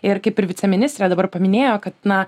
ir kaip ir viceministrė dabar paminėjo kad na